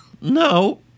No